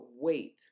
wait